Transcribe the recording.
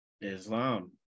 Islam